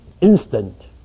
instant